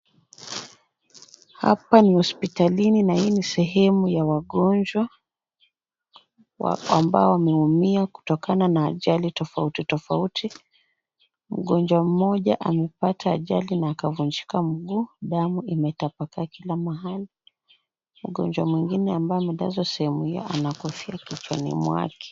Hapa ni hospitalini na hii ni sehemu ya wagonjwa ambao wameumia kutokana na ajali tofauti tofauti. Mgonjwa mmoja amepata ajali na akavunjika mguu. Damu imetapakaa kila mahali. Mgonjwa mwingine ambaye amelazwa sehemu hiyo ana kofia kichwani mwake.